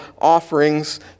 offerings